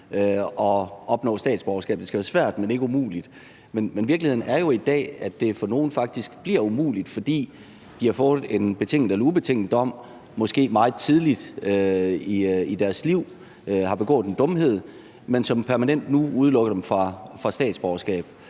at opnå statsborgerskab. Det skal være svært, men ikke umuligt. Men virkeligheden er jo i dag, at det for nogle faktisk bliver umuligt, fordi de har fået en betinget eller ubetinget dom. Måske har de meget tidligt i deres liv begået en dumhed, som nu permanent udelukker dem fra statsborgerskab.